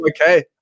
Okay